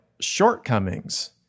shortcomings